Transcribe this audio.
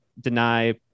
deny